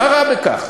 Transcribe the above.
מה רע בכך?